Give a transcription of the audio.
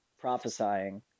prophesying